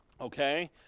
Okay